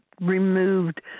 removed